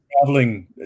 traveling